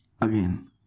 Again